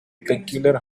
peculiar